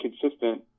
consistent